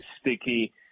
sticky